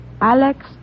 Alex